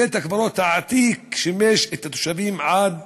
בית-הקברות העתיק שימש את התושבים עד